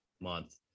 Month